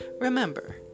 Remember